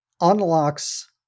unlocks